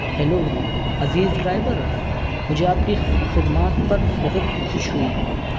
hello عزیز driver مجھے آپ کی خدمات پر بہت خوش ہوئی